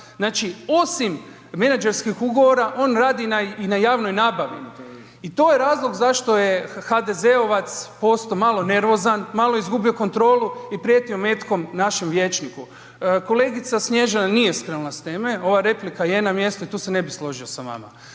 Znači osim menadžerskih ugovora on radi i na javnoj nabavi i to je razlog zašto je HDZ-ovac postao malo nervozan, malo je izgubio kontrolu i prijetio metkom našem vijećniku. Kolegica Snježana nije skrenula sa teme, ova replika je na mjestu i tu se ne bih složio sa vama.